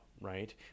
right